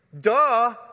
Duh